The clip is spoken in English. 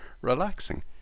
relaxing